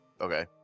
Okay